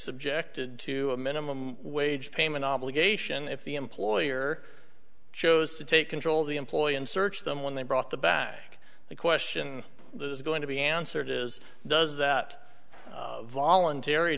subjected to a minimum wage payment obligation if the employer chose to take control of the employee and search them when they brought the back the question is going to be answered is does that voluntary